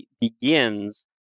begins